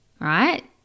right